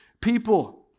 people